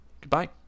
Goodbye